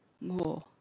more